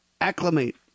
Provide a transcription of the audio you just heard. acclimate